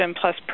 plus